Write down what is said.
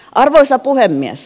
arvoisa puhemies